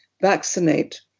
vaccinate